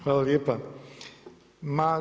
Hvala lijepa.